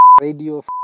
Radio